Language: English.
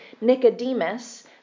Nicodemus